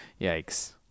Yikes